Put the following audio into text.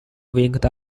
linked